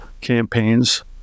campaigns